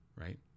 right